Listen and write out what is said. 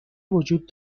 وجود